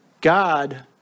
God